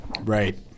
Right